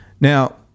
Now